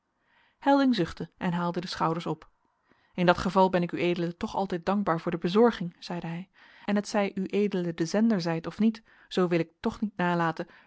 helding zuchtte en haalde de schouders op in dat geval ben ik ued toch altijd dankbaar voor de bezorging zeide hij en hetzij ued de zender zijt of niet zoo wil ik toch niet nalaten